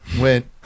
went